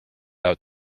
out